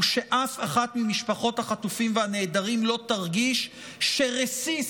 שאף אחת ממשפחת החטופים והנעדרים לא תרגיש שרסיס